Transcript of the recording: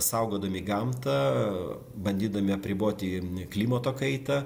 saugodami gamtą bandydami apriboti klimato kaitą